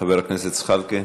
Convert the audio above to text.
חבר הכנסת זחאלקה,